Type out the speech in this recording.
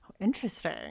Interesting